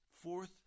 fourth